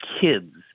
kids